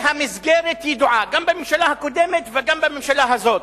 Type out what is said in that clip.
והמסגרת ידועה, גם בממשלה הקודמת וגם בממשלה הזאת.